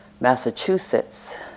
Massachusetts